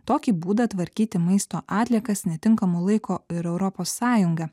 tokį būdą tvarkyti maisto atliekas netinkamu laiko ir europos sąjunga